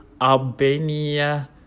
Albania